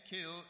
kill